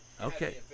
Okay